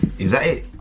is that it?